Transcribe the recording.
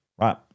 right